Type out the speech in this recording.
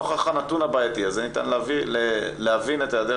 נוכח הנתון הבעייתי הזה ניתן להבין את היעדר